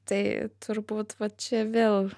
tai turbūt va čia vėl